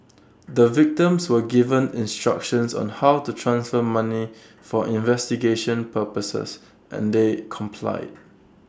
the victims were given instructions on how to transfer money for investigation purposes and they complied